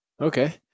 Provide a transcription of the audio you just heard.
Okay